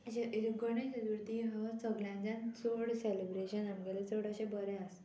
अशीं गणेश चतुर्थी हो सगल्याच्यान चड सेलिब्रेशन आमगेलें चड अशें बरें आसता